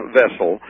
vessel